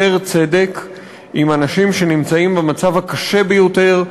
צדק עם אנשים שנמצאים במצב הקשה ביותר,